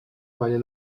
panie